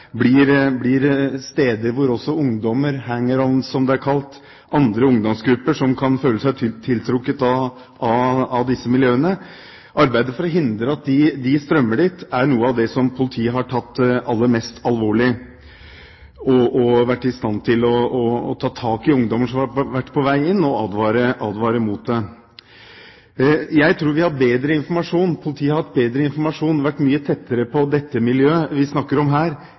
blir steder som også andre ungdomsgrupper som kan føle seg tiltrukket av disse miljøene – hangarounds, som det er sagt – strømmer til, er noe av det politiet har tatt aller mest alvorlig, og de har vært i stand til å ta tak i ungdommer som har vært på vei inn, og advare mot det. Jeg tror vi har bedre informasjon. Politiet har hatt bedre informasjon og vært mye tettere på det miljøet vi snakker om